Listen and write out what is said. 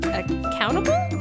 accountable